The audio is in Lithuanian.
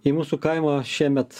į mūsų kaimą šiemet